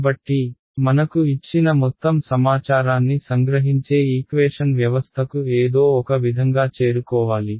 కాబట్టి మనకు ఇచ్చిన మొత్తం సమాచారాన్ని సంగ్రహించే ఈక్వేషన్ వ్యవస్థకు ఏదో ఒక విధంగా చేరుకోవాలి